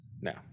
no